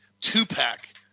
two-pack